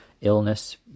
illness